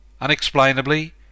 unexplainably